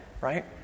right